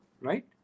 Right